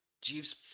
Jeeves